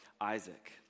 Isaac